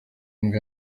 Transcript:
imbwa